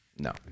No